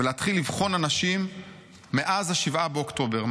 ולהתחיל לבחון אנשים מאז 7 באוקטובר,